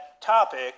Topic